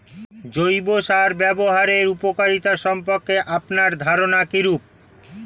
জৈব সার ব্যাবহারের উপকারিতা সম্পর্কে আপনার ধারনা কীরূপ?